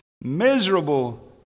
Miserable